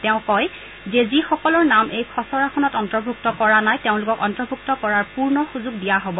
তেওঁ কয় যে যিসকলৰ নাম এই খচৰাখনত অন্তৰ্ভূক্ত কৰা নাই তেওঁলোকক অন্তৰ্ভূক্ত কৰাৰ পূৰ্ণ সুষোগ দিয়া হব